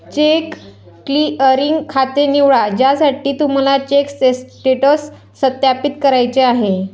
check clearing खाते निवडा ज्यासाठी तुम्हाला चेक स्टेटस सत्यापित करायचे आहे